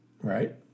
right